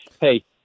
hey